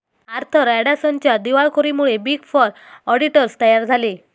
Arthur अँडरसनच्या दिवाळखोरीमुळे big four auditors तयार झाले